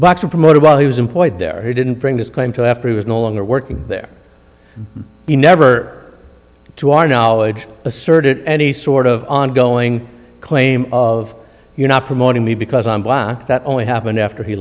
boxer promoted while he employed there he didn't bring his claim to after he was no longer working there he never to our knowledge asserted any sort of ongoing claim of you're not promoting me because i'm black that only happened after he